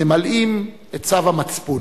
ממלאים את צו המצפון.